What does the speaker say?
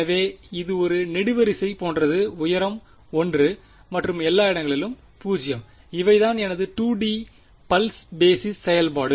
எனவே இது ஒரு நெடுவரிசை போன்றது உயரம் 1 மற்ற எல்லா இடங்களிலும் 0 இவைதான் எனது 2 டி பல்ஸ் பேஸிஸ் செயல்பாடு